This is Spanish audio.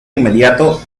inmediato